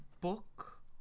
book